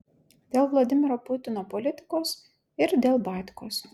dėl vladimiro putino politikos ir dėl batkos